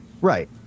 right